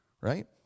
right